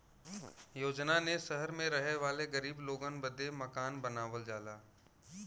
योजना ने सहर मे रहे वाले गरीब लोगन बदे मकान बनावल जाला